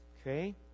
Okay